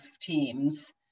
teams